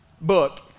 book